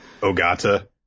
Ogata